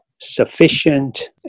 sufficient